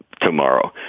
tomorrow.